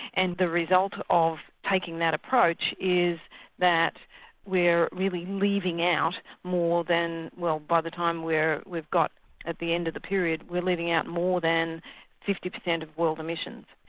and the result of taking that approach is that we're really leaving out more than, well by the time we've got at the end of the period, we're leaving out more than fifty percent of world emissions.